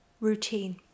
routine